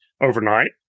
overnight